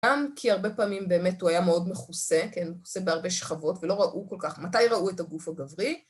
גם כי הרבה פעמים באמת הוא היה מאוד מכוסה, כן? מכוסה בהרבה שכבות ולא ראו כל כך. מתי ראו את הגוף הגברי?